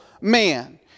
man